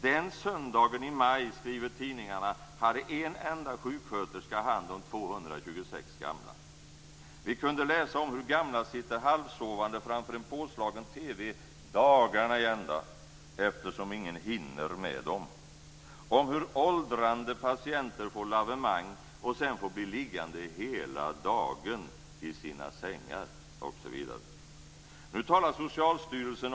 Den söndagen i maj, skriver tidningarna, hade en enda sjuksköterska hand om 226 gamla. Vi kunde läsa om hur gamla sitter halvsovande framför en påslagen TV dagarna i ända eftersom ingen hinner med dem och om hur åldrande patienter får lavemang och sedan får bli liggande hela dagen i sina sängar, osv.